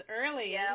early